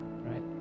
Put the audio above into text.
right